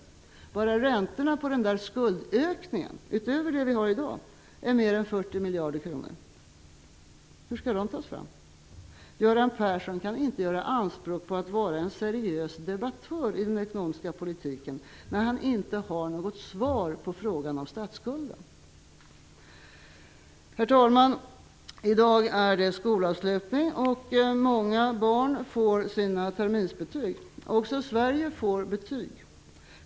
Bara räntorna på denna skuldökning, dvs. räntor utöver dem vi har i dag, är mer än 40 miljarder kronor. Hur skall de pengarna tas fram? Göran Persson kan inte göra anspråk på att vara en seriös debattör i den ekonomiska politiken när han inte har något svar på frågan om statsskulden. Herr talman! I dag är det skolavslutning, och många barn får sina terminsbetyg. Också Sverige får betyg!